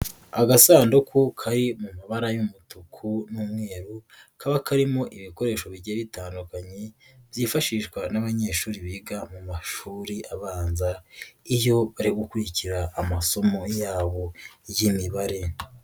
Agasanduku kari mu mabara y'umutuku n'umweru, kaba karimo ibikoresho bigiye bitandukanye, byifashishwa n'abanyeshuri biga mu mashuri abanza, iyo ari ugukurikira amasomo yabo y'imibare.